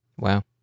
Wow